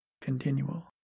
continual